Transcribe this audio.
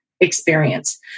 experience